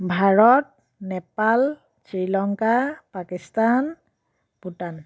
Bharat Nepal Sri Lanka Pakistan Bhutan